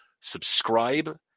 subscribe